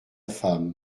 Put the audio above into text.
femme